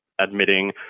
admitting